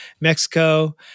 Mexico